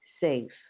safe